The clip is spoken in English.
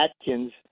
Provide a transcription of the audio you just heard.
Atkins